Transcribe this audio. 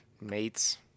mates